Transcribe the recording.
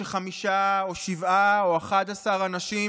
שחמישה או שבעה או אחד עשר אנשים,